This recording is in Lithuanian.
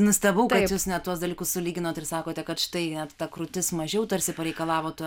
nustebau kad jūs net tuos dalykus sulyginote ir sakote kad štai ta krūtis mažiau tarsi pareikalavo tų